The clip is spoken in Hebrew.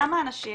כמה אנשים,